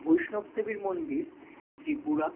বৈষ্ণব দেবীর মন্দির ত্রিপুরা